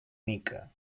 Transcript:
mica